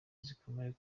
zikomeye